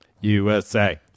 USA